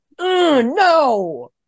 no